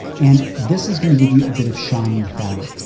and this is going to give you a bit of shine in the fabric.